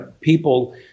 people